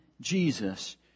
Jesus